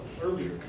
earlier